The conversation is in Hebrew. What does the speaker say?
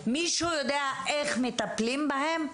מישהו יודע איך מטפלים בהם?